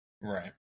Right